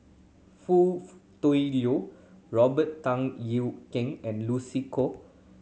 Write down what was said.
Foo Tui Liew Robert Tan Yew Keng and Lucy Koh